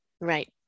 Right